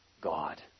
God